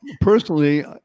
Personally